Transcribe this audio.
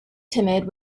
timid